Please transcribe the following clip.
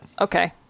Okay